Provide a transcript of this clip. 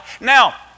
Now